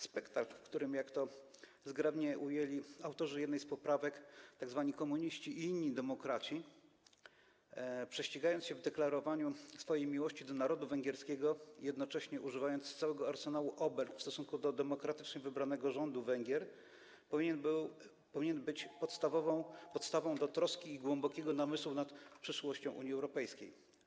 Spektakl, w którym, jak to zgrabnie ujęli autorzy jednej z poprawek, tzw. komuniści i inni demokraci prześcigali się w deklarowaniu swojej miłości do narodu węgierskiego, jednocześnie używając całego arsenału obelg w stosunku do demokratycznie wybranego rządu Węgier, powinien być podstawą do troski i głębokiego namysłu nad przyszłością Unii Europejskiej.